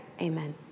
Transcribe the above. Amen